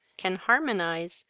can harmonize,